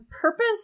purpose